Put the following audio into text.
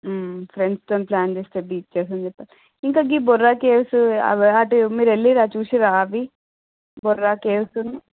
ఫ్రెండ్స్తోని plan చేస్తారు beaches ఇంకాకి Borra caves అవి అటు వెళ్లి చూసి రా అవి బొర్రా కేవ్స్